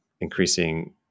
increasing